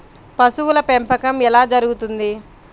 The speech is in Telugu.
పశువుల పెంపకం ఎలా జరుగుతుంది?